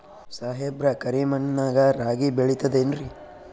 ಸಾಹೇಬ್ರ, ಕರಿ ಮಣ್ ನಾಗ ರಾಗಿ ಬೆಳಿತದೇನ್ರಿ?